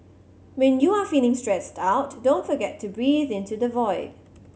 when you are feeling stressed out don't forget to breathe into the void